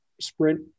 sprint